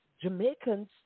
Jamaicans